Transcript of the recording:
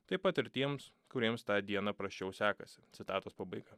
taip pat ir tiems kuriems tą dieną prasčiau sekasi citatos pabaiga